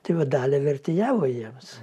tai va dalia vertėjavo jiems